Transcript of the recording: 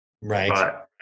Right